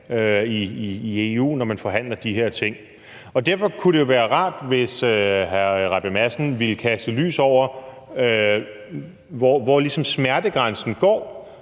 i EU, når man forhandler de her ting. Og derfor kunne det jo være rart, hvis hr. Christian Rabjerg Madsen ville kaste lys over, hvor smertegrænsen